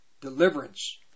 deliverance